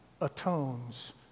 atones